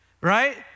Right